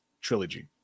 trilogy